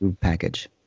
package